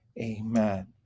Amen